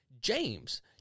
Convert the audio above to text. James